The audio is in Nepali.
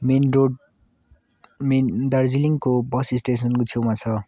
मेन रोड मेन दार्जिलिङको बस स्टेसनको छेउमा छ